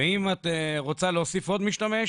אם את רוצה להוסיף עוד משתמש,